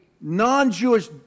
non-Jewish